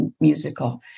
musical